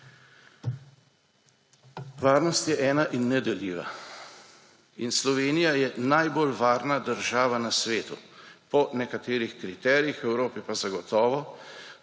Varnost je ena in nedeljiva. In Slovenija je najbolj varna država na svetu po nekaterih kriterijih, v Evropi pa zagotovo.